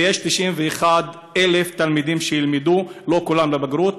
ויש 91,000 תלמידים שילמדו, לא כולם לבגרות.